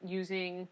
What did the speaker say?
using